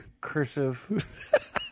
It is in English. Cursive